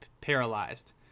paralyzed